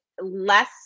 less